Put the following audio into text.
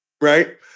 right